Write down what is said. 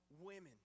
Women